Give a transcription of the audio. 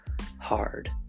hard